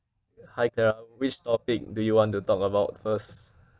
hi therang which topic do you want to talk about first